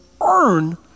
earn